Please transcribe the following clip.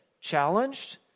challenged